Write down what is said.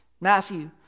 Matthew